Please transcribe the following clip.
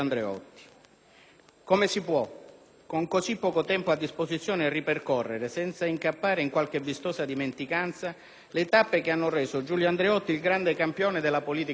Andreotti. Con così poco tempo a disposizione, come si può ripercorrere, senza incappare in qualche vistosa dimenticanza, le tappe che hanno reso Giulio Andreotti il grande campione della politica italiana?